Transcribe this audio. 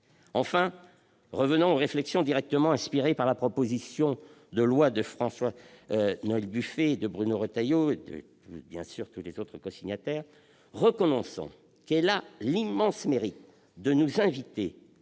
Enfin, revenant aux réflexions directement inspirées par la proposition de loi de François-Noël Buffet, de Bruno Retailleau et des autres cosignataires,